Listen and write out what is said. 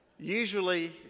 Usually